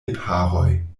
lipharoj